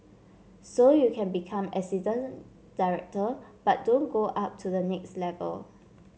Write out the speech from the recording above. so you can become assistant director but don't go up to the next level